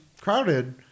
crowded